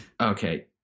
okay